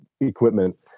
equipment